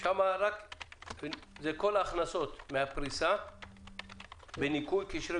זה כל ההכנסות מן הפריסה בניכוי קשרי